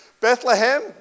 Bethlehem